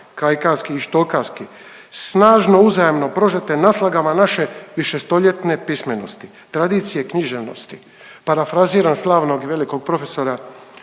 kajkavski i štokavski, snažno uzajamno prožete naslagama naše višestoljetne pismenosti, tradicije književnosti. Parafraziram slavnog i velikog profesora